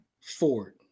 Ford